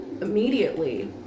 immediately